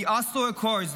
The Oslo Accords,